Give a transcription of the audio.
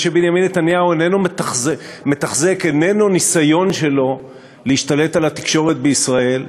מה שבנימין נתניהו מתחזק איננו ניסיון שלו להשתלט על התקשורת בישראל,